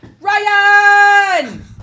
Ryan